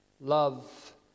love